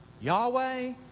Yahweh